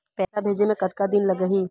पैसा भेजे मे कतका दिन लगही?